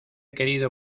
querido